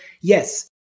yes